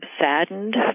saddened